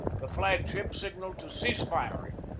the flag-ship signalled to cease firing,